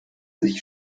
sich